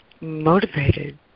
motivated